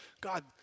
God